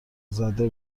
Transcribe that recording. زده